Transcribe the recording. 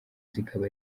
zikaba